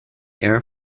air